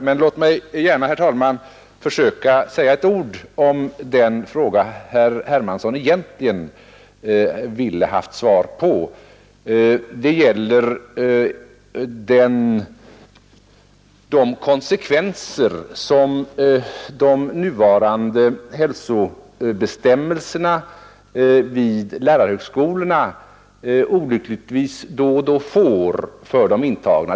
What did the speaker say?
Jag vill gärna, herr talman, säga ett ord om den fråga herr Hermansson egentligen ville ha svar på. Det gäller de konsekvenser som de nuvarande hälsobestämmelserna vid lärarhögskolorna olyckligtvis då och då får för de intagna.